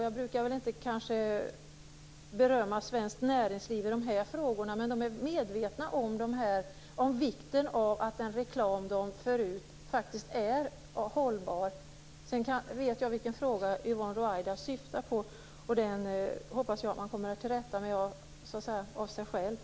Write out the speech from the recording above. Jag brukar kanske inte berömma svenskt näringsliv i de här frågorna men jag måste säga att man är medveten om vikten av att den reklam som förs ut faktiskt är hållbar. Jag vet vad Yvonne Ruwaida syftar på och hoppas att man kommer till rätta med den saken - att det går liksom av sig självt.